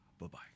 Bye-bye